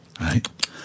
right